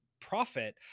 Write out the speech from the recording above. profit